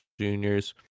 Juniors